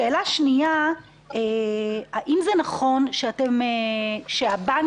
שאלה שנייה, האם זה נכון שהבנקים